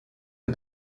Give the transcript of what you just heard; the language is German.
der